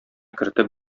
кертеп